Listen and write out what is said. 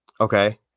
Okay